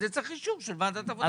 צריך אישור של ועדת העבודה והרווחה.